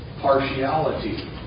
partiality